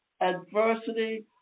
adversity